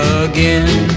again